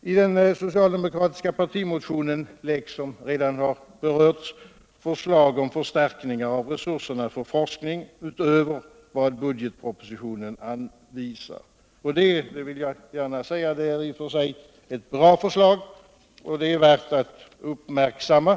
I den socialdemokratiska partimotionen läggs, som redan berörts, förslag om förstärkningar av resurserna till forskning utöver vad budgetpropositionen anvisar. Jag vill gärna säga att det i och för sig är ett bra förslag som är värt att uppmärksammas.